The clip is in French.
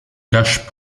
cache